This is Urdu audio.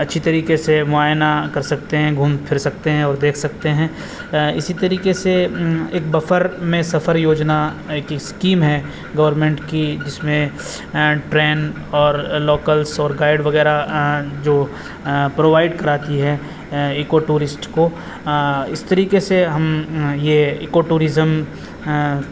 اچھی طریقے سے معائنہ کر سکتے ہیں گھوم پھر سکتے ہیں اور دیکھ سکتے ہیں اسی طریقے سے ایک بفر میں سفر یوجنا ایک اسکیم ہے گورنمنٹ کی جس میں ٹرین اور لوکلس اور گائیڈ وغیرہ جو پرووائڈ کراتی ہے ایکو ٹورسٹ کو اس طریقے سے ہم یہ ایکو ٹورزم